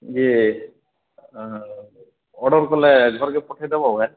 ଇଏ ଅର୍ଡ଼ର୍ କଲେ ଘର କି ପଠାଇଦେବ